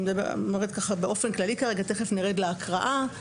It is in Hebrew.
אני מדברת באופן כללי, תכף נרד להקראה.